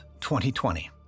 2020